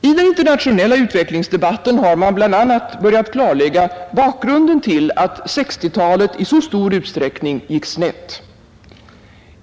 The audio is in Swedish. I den internationella utvecklingsdebatten har man bl.a. börjat klarlägga bakgrunden till att 1960-talet i så stor utsträckning gick snett.